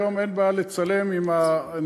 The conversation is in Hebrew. היום אין בעיה לצלם עם הנייד,